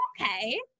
okay